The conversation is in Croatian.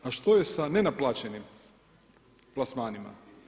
A što je sa nenaplaćenim plasmanima?